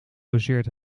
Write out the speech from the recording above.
logeert